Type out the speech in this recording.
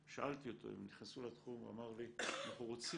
שאלתי אותו אם נכנסו לתחום והוא אמר לי: אנחנו רוצים